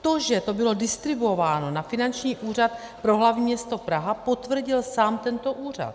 To, že to bylo distribuováno na Finanční úřad pro hlavní město Praha, potvrdil sám tento úřad.